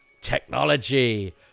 Technology